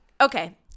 okay